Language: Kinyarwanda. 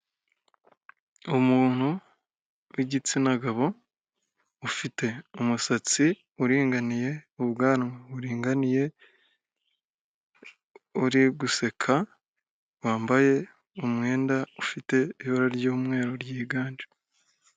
Umuntu w'igitsina gabo ufite umusatsi uringaniye, ubwanwa buringaniye, uri guseka wambaye umwenda ufite ibara ry'umweru ryiganje.